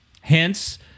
Hence